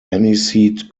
aniseed